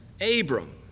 Abram